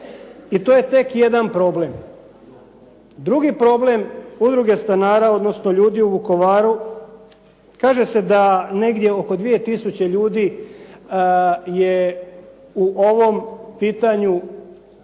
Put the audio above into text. i to je tek jedan problem. Drugi problem udruge stanara, odnosno ljudi u Vukovaru kaže se da negdje oko 2000 ljudi je u ovom pitanju